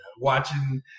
Watching